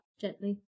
gently